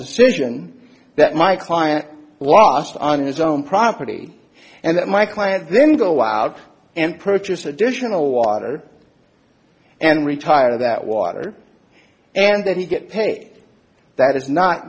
decision that my client lost on his own property and that my client then go out and purchase additional water and retire that water and then he get pay that is not